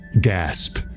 gasp